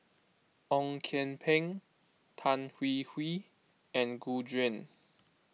Ong Kian Peng Tan Hwee Hwee and Gu Juan